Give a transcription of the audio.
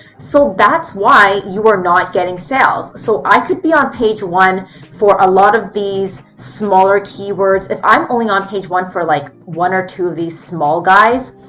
so that's why you are not getting sales. so i could be on page one for a lot of these smaller keywords. if i um only on page one for like one or two of these small guys,